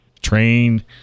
trained